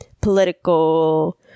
political